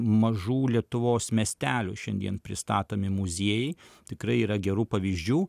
mažų lietuvos miestelių šiandien pristatomi muziejai tikrai yra gerų pavyzdžių